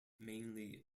mainly